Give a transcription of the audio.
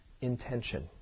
intention